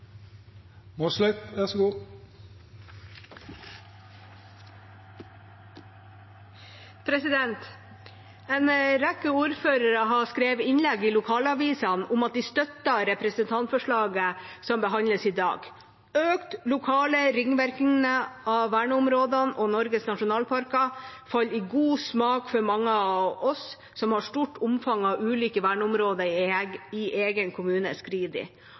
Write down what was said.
En rekke ordførere har skrevet innlegg i lokalavisene om at de støtter representantforslaget som behandles i dag. Økte lokale ringvirkninger av verneområdene og Norges nasjonalparker faller godt i smak for mange av oss som har stort omfang av ulike verneområder i egen kommune,